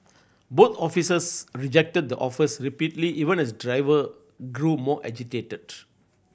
both officers rejected the offers repeatedly even as the driver grew more agitated